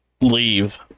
leave